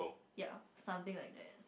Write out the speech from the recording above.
ya something like that